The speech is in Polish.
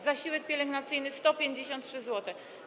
Zasiłek pielęgnacyjny - 153 zł.